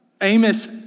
Amos